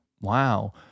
wow